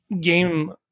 game